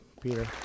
Peter